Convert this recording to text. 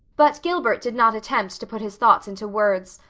but gilbert did not attempt to put his thoughts into words,